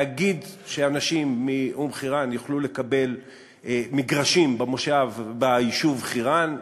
להגיד שאנשים מאום-אלחיראן יוכלו לקבל מגרשים ביישוב חירן,